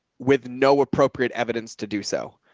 with no appropriate evidence to do so.